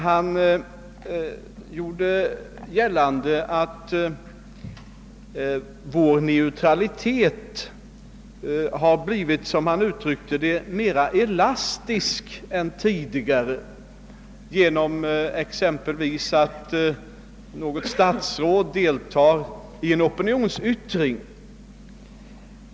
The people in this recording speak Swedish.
Han gjorde gällande att vår neutralitet blivit, som han uttryckte det, mer elastisk än tidigare genom att exempelvis ett statsråd deltagit i en opinionsyttring.